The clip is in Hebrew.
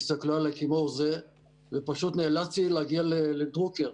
הסתכלו עליי, ופשוט נאלצתי להגיע לדרוקר.